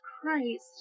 Christ